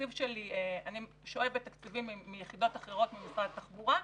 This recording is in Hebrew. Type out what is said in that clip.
אני שואבת תקציבים מיחידות אחרות ממשרד התחבורה.